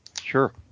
Sure